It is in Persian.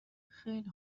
خیلی